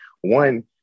one